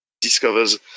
discovers